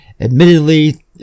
Admittedly